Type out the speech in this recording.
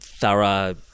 thorough